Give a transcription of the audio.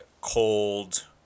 cold